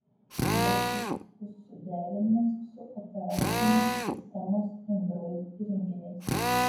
laikrodis bus suderinamas su operacinės sistemos android įrenginiais